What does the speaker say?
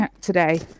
today